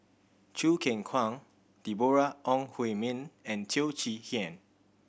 Choo Keng Kwang Deborah Ong Hui Min and Teo Chee Hean